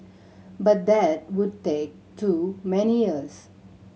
but that would take too many years